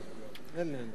ואני גם אסביר למה.